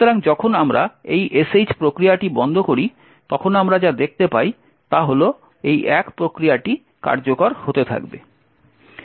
সুতরাং যখন আমরা এই sh প্রক্রিয়াটি বন্ধ করি তখন আমরা যা দেখতে পাই তা হল 1 প্রক্রিয়াটি কার্যকর হতে থাকবে